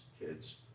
kids